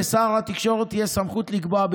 לשר התקשורת תהיה סמכות לקבוע,